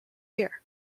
here